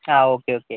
ആ okay okay